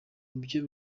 ibyo